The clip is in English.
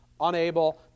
unable